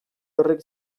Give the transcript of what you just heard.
horrek